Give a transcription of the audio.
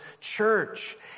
church